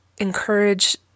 encourage